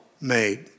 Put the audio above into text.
made